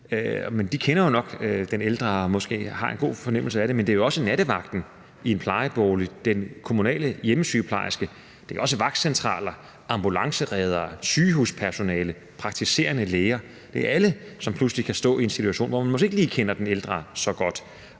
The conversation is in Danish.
men de kender jo nok den ældre og har måske en god fornemmelse af situationen. Men det er jo også nattevagten i en plejebolig og den kommunale hjemmesygeplejerske, og det er vagtcentraler, ambulancereddere, sygehuspersonale og praktiserende læger – det er alle – som måske ikke kender den ældre så godt,